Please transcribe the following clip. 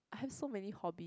have so many hobby